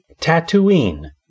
Tatooine